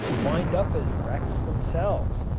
wind up as wrecks themselves.